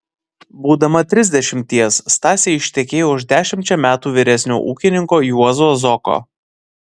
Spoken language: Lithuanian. būdama trisdešimties stasė ištekėjo už dešimčia metų vyresnio ūkininko juozo zoko